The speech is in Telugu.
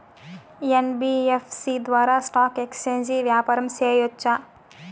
యన్.బి.యఫ్.సి ద్వారా స్టాక్ ఎక్స్చేంజి వ్యాపారం సేయొచ్చా?